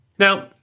Now